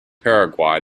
paraguay